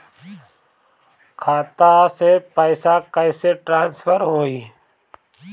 खाता से पैसा कईसे ट्रासर्फर होई?